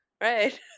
right